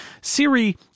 Siri